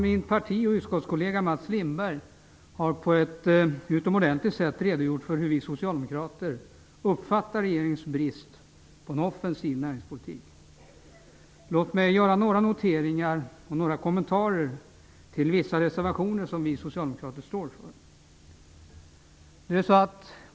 Min parti och utskottskollega Mats Lindberg har på ett utomordentligt sätt redogjort för hur vi socialdemokrater uppfattar regeringens brist på en offensiv näringspolitik. Låt mig emellertid göra några noteringar och kommentarer till vissa reservationer som vi socialdemokrater står för.